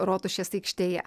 rotušės aikštėje